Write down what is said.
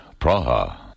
Praha